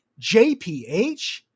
JPH